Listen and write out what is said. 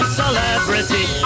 celebrity